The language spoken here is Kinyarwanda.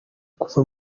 kuva